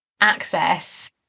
access